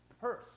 purse